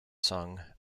song